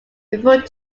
referred